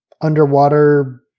underwater